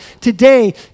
today